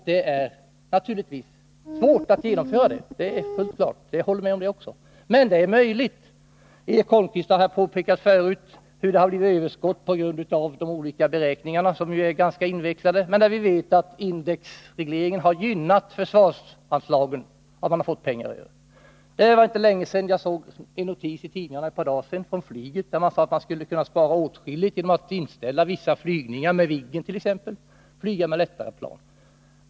Det är naturligtvis svårt att genomföra dessa prutningar — jag håller med om det också. Men det är möjligt att genomföra dem. Eric Holmqvist har här påpekat att överskott uppstått till följd av olika beräkningssätt. Det är ju fråga om ganska invecklade beräkningar. Vi vet att indexregleringen har gynnat försvarsanslagen — man har fått pengar över. Det var inte länge sedan — bara ett par dagar sedan — jag såg en notis om flyget i en tidning, där man sade att man kunde spara åtskilligt genom att t.ex. inställa vissa flygningar med Viggen och flyga med lättare plan.